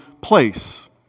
place